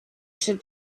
should